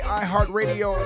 iHeartRadio